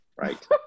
Right